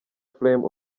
flame